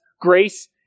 grace